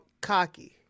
cocky